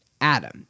Adam